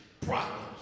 problems